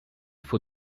faut